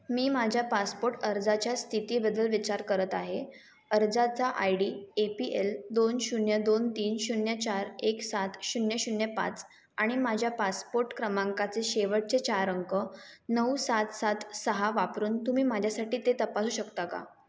मी माझ्या पासपोट अर्जाच्या स्थितीबद्दल विचार करत आहे अर्जाचा I D A P L दोन शून्य दोन तीन शून्य चार एक सात शून्य शून्य पाच आणि माझ्या पासपोट क्रमांकाचे शेवटचे चार अंक नऊ सात सात सहा वापरून तुम्ही माझ्यासाठी ते तपासू शकता का